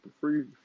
free